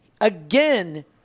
Again